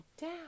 down